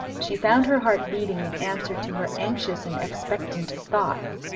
she found her heart beating in answer to her anxious and expectant thoughts.